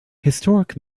historic